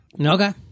okay